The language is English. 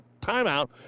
timeout